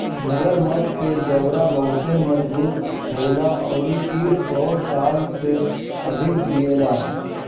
मगरमच्छ के जबड़ा बहुते मजबूत होला अउरी इ सौ साल से अधिक जिएला